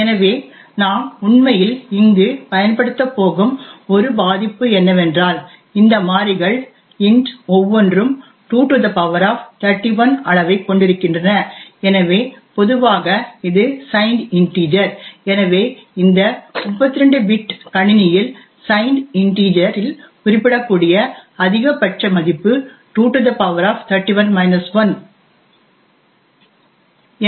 எனவே நாம் உண்மையில் இங்கு பயன்படுத்தப் போகும் ஒரு பாதிப்பு என்னவென்றால் இந்த மாறிகள் int ஒவ்வொன்றும் 2 31 அளவைக் கொண்டிருக்கின்றன எனவே பொதுவாக இது சைன்ட் இன்டிஜர் எனவே இந்த 32 பிட் கணினியில் சைன்ட் இன்டிஜர் இல் குறிப்பிடக்கூடிய அதிகபட்ச மதிப்பு 2 31 1